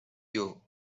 you